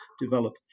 develop